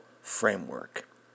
framework